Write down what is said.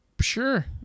Sure